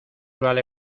vale